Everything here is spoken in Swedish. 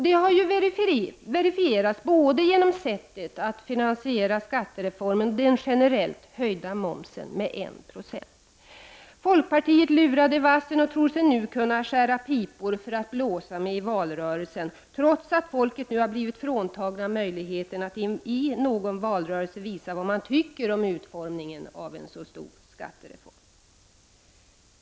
Det har verifierats både genom sättet att finansiera skattereformen och genom den generellt höjda momsen med 1 96. Folkpartiet lurade i vassen och tror sig nu kunna skära pipor för att blåsa med i valrörelsen, trots att folket har blivit fråntaget möjligheten att i en valrörelse visa vad det tycker om utformningen av en så stor skattereform.